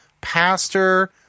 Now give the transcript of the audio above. pastor